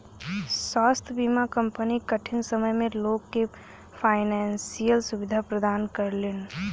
स्वास्थ्य बीमा कंपनी कठिन समय में लोग के फाइनेंशियल सुविधा प्रदान करलीन